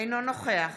אינו נוכח